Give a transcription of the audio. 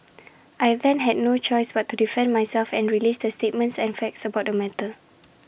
I then had no choice but to defend myself and release the statements and facts about the matter